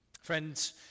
Friends